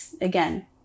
again